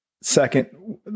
second